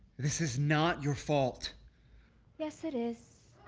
this is not your fault yes, it is